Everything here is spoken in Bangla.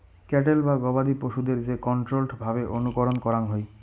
ক্যাটেল বা গবাদি পশুদের যে কন্ট্রোল্ড ভাবে অনুকরণ করাঙ হই